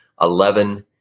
eleven